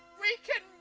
make it.